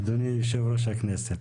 אדוני יושב-ראש הכנסת.